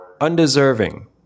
Undeserving